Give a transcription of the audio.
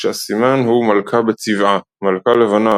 כשהסימן הוא "מלכה בצבעה" – מלכה לבנה